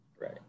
Right